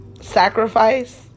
sacrifice